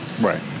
Right